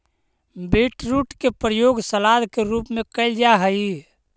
beetroot के प्रयोग सलाद के रूप में कैल जा हइ